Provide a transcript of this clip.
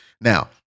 Now